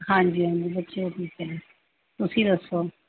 ਹਾਂਜੀ ਹਾਂਜੀ ਬੱਚੇ ਠੀਕ ਹੈ ਜੀ ਤੁਸੀਂ ਦੱਸੋ